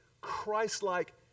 Christ-like